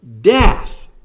death